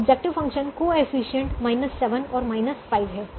objective function को efficient 7 और 5 हैं